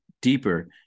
deeper